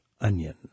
onion